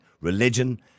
religion